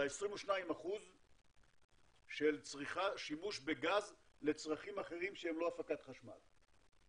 ל-22% של שימוש בגז לצרכים אחרים שהם לא הפקת חשמל.